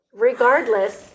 regardless